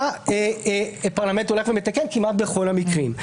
הפרלמנט מתקן כמעט בכל המקרים.